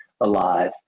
alive